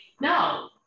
No